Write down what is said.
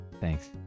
Thanks